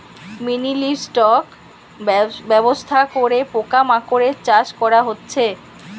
mini livestock ব্যবস্থা করে পোকা মাকড়ের চাষ করা হচ্ছে